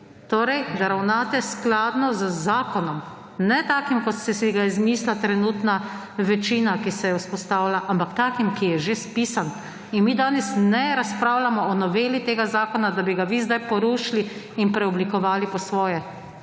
Torej, da ravnate skladno z zakonom, ne takim kot ste si ga izmislila trenutna večina, ki se je vzpostavila, ampak takim, ki je že spisan. In mi danes ne razpravljamo o noveli tega zakona, da bi ga vi zdaj porušili in preoblikovali po svoje.